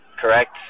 Correct